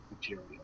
material